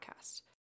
podcast